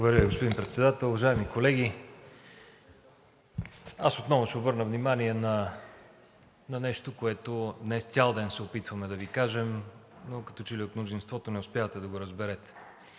Благодаря Ви. Уважаеми колеги, аз отново ще обърна внимание на нещо, което днес цял ден се опитваме да Ви кажем, но като че ли от мнозинството не успявате да го разберете.